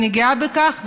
אני גאה בכך,